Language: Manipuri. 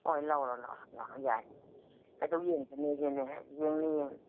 ꯍꯣꯏ ꯂꯧꯔꯣ ꯂꯧꯔꯣ ꯂꯧꯔꯣ ꯌꯥꯏ ꯀꯩꯗꯧ ꯌꯦꯡꯗꯅꯦꯒꯦꯅꯦ ꯌꯦꯡꯅꯤ ꯌꯦꯡꯅꯤ